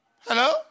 Hello